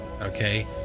Okay